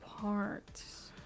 parts